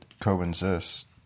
coexist